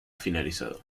finalizado